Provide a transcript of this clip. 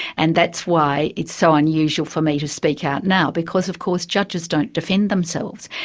and that's why it's so unusual for me to speak out now, because of course judges don't defend themselves,